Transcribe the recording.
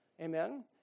Amen